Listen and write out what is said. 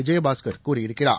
விஜயபாஸ்கர் கூறியிருக்கிறார்